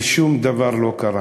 ושום דבר לא קרה.